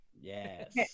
Yes